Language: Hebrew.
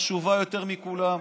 חשובה יותר מכולם?